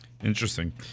Interesting